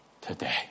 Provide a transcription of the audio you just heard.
today